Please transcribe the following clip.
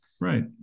Right